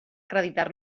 acreditar